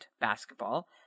basketball